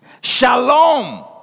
Shalom